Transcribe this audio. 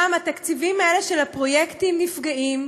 גם התקציבים האלה של הפרויקטים נפגעים,